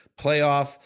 playoff